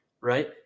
right